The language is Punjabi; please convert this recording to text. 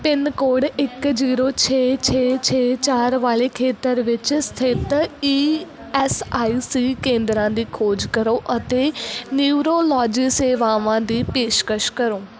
ਪਿੰਨ ਕੋਡ ਇੱਕ ਜੀਰੋ ਛੇ ਛੇ ਛੇ ਚਾਰ ਵਾਲੇ ਖੇਤਰ ਵਿੱਚ ਸਥਿਤ ਈ ਐਸ ਆਈ ਸੀ ਕੇਂਦਰਾਂ ਦੀ ਖੋਜ ਕਰੋ ਅਤੇ ਨਿਊਰੋਲੋਜੀ ਸੇਵਾਵਾਂ ਦੀ ਪੇਸ਼ਕਸ਼ ਕਰੋ